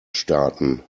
starten